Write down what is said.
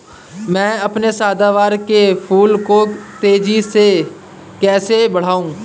मैं अपने सदाबहार के फूल को तेजी से कैसे बढाऊं?